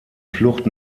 flucht